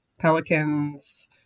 pelicans